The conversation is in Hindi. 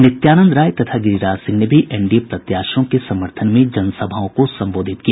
नित्यानंद राय तथा गिरिराज सिंह ने भी एनडीए प्रत्याशियों के समर्थन में जनसभाओं को संबोधित किया